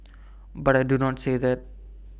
but I do not say that